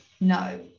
no